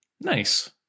Nice